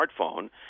smartphone